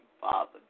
Father